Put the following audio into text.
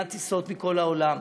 מביאה טיסות מכל העולם,